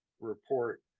report